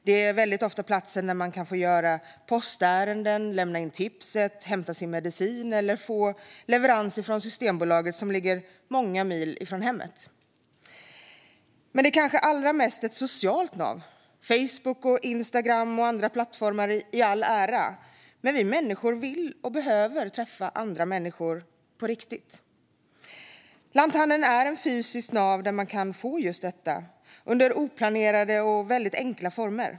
Det är väldigt ofta platsen där man kan få göra postärenden, lämna in tipset, hämta sin medicin eller få leverans från Systembolaget, som ligger många mil från hemmet. Men det är kanske allra mest ett socialt nav. Facebook, Instagram och andra plattformar i all ära, men vi människor vill och behöver träffa andra människor på riktigt. Lanthandeln är ett fysiskt nav där man kan få just detta under oplanerade och väldigt enkla former.